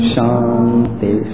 Shanti